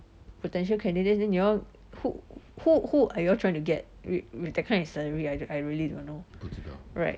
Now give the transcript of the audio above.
potential candidates then you all who who who are you all trying to get wi~ with that kind of salary I I really don't know right